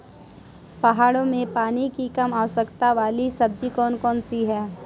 पहाड़ों में पानी की कम आवश्यकता वाली सब्जी कौन कौन सी हैं?